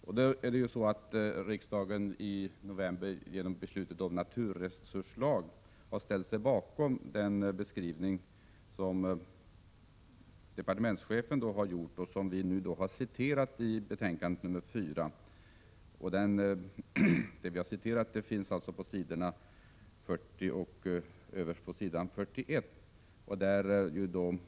Riksdagen ställde sig i november genom beslutet om naturresurslag bakom departementschefens skrivning, som utskottet har citerat i betänkandet 4 på s. 40-41.